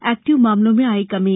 active मामलों में आई कमी